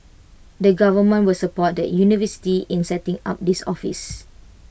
the government will support the universities in setting up this office